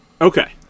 Okay